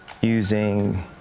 using